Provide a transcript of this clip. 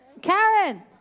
Karen